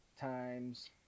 times